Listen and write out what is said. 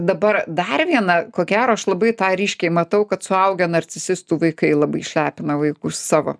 dabar dar viena ko gero aš labai tą ryškiai matau kad suaugę narcisistų vaikai labai išlepina vaikus savo